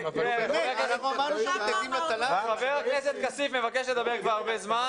ח"כ כסיף, בבקשה.